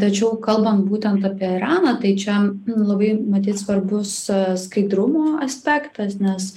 tačiau kalbant būtent apie iraną tai čia labai matyt svarbus skaidrumo aspektas nes